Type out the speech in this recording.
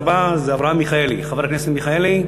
הדובר הבא, חבר הכנסת מיכאלי,